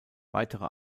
weitere